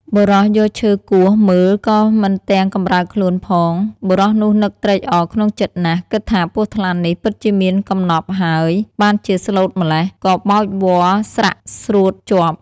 បុរសយកឈើគោះមើលក៏មិនទាំង កំរើកខ្លួនផង បុរសនោះនឹកត្រេកអរក្នុងចិត្ដណាស់ គិតថាពស់ថ្លាន់នេះ ពិតជាមានកំណប់ហើយបានជាស្លូតម្ល៉េះ ក៏បោចវល្លិ៍ស្រាក់ស្រួតជាប់។